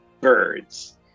birds